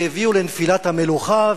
שהביאה לנפילת המלוכה,